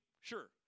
Sure